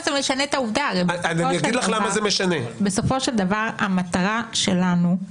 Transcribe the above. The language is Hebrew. הרי בסופו של דבר, המטרה שלנו,